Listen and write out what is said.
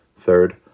Third